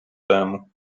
тему